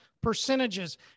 percentages